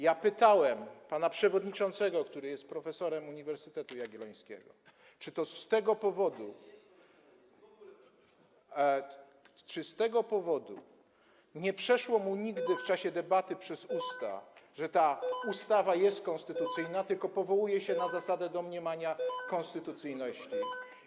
Ja pytałem pana przewodniczącego, który jest profesorem Uniwersytetu Jagiellońskiego, czy to z tego powodu nie przeszło mu nigdy w czasie debaty przez usta, że ta ustawa jest konstytucyjna, tylko on powołuje się na zasadę domniemania konstytucyjności.